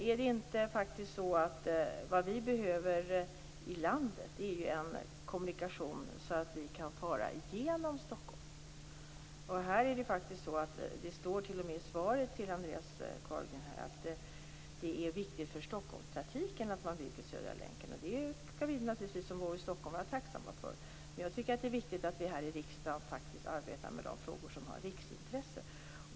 Är det inte så att det vi faktiskt behöver i landet är en kommunikation så att vi kan fara igenom Stockholm? Det står t.o.m. i svaret till Andreas Carlgren att det är viktigt för Stockholmstrafiken att man bygger Södra länken. Det skall vi som bor i Stockholm naturligtvis vara tacksamma för. Men jag tycker att det är viktigt att vi här i riksdagen arbetar med de frågor som har riksintresse.